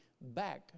back